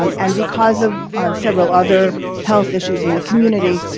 um and because of several other health issues in the community,